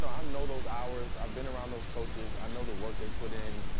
know know those hours, i've been around those coaches, i know the work they put in,